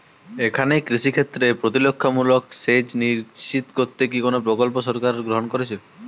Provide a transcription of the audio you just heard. এখানে কৃষিক্ষেত্রে প্রতিরক্ষামূলক সেচ নিশ্চিত করতে কি কোনো প্রকল্প সরকার গ্রহন করেছে?